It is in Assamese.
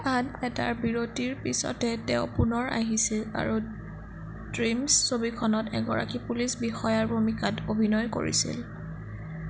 আন এটা বিৰতিৰ পিছতে তেওঁ পুনৰ আহিছিল আৰু ড্ৰিমচ ছবিখনত এগৰাকী পুলিচ বিষয়াৰ ভূমিকাত অভিনয় কৰিছিল